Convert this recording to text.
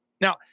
now